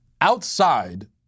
Outside